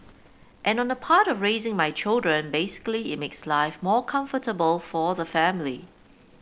and on the part of raising my children basically it makes life more comfortable for the family